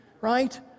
right